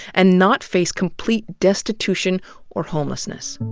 and not face complete destitution or homelessness.